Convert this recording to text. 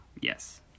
yes